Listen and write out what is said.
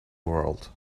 world